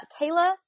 Kayla